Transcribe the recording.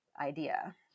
idea